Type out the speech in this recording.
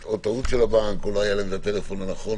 טעות של הבנק, לא היה להם את הטלפון הנכון